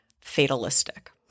fatalistic